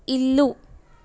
ఇల్లు